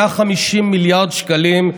150 מיליארד שקלים,